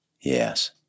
Yes